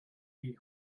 die